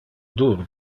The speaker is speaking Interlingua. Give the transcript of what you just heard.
dur